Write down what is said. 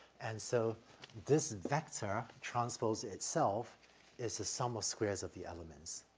and so this vector transpose itself is the sum of squares of the elements,